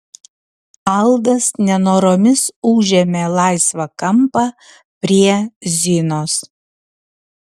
aldas nenoromis užėmė laisvą kampą prie zinos